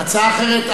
הצעה אחרת,